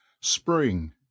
spring